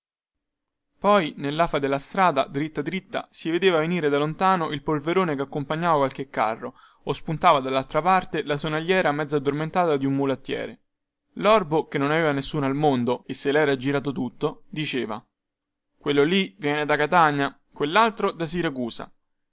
poi nellafa della strada diritta diritta si vedeva venire da lontano il polverone che accompagnava qualche carro o spuntava dallaltra parte la sonagliera mezza addormentata di un mulattiere lorbo che non aveva nessuno al mondo e se lera girato tutto diceva quello lì viene da catania questaltro da siracusa